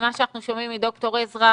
ממה שאנחנו שומעים מד"ר עזרא,